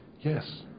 Yes